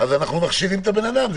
אנחנו מכשילים את האדם.